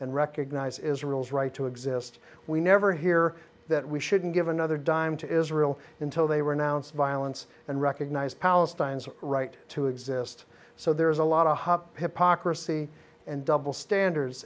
and recognize israel's right to exist we never hear that we shouldn't give another dime to israel in tow they were announced violence and recognize palestine as a right to exist so there is a lot of hypocrisy and double standards